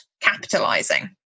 capitalizing